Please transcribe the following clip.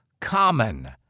common